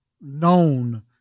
known